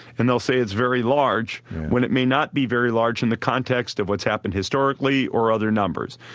and they'll say it's very large when it may not be very large in the context of what's happened historically or other numbers.